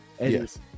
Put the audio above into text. Yes